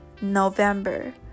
November